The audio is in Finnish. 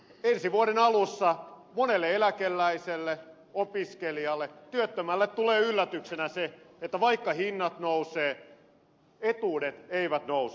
ensi vuoden alussa monelle eläkeläiselle opiskelijalle työttömälle tulee yllätyksenä se että vaikka hinnat nousevat etuudet eivät nouse